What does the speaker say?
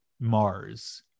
Mars